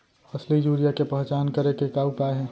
असली यूरिया के पहचान करे के का उपाय हे?